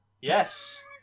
Yes